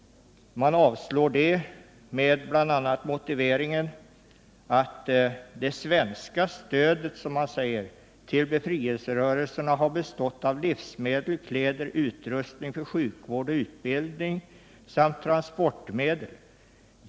Det gör man bl.a. med motiveringen att det svenska stödet till befrielserörelserna har bestått av livsmedel, kläder, utrustning för sjukvård och utbildning samt transportmedel.